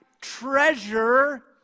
treasure